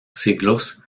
siglos